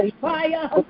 fire